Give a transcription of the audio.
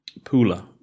Pula